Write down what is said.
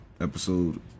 episode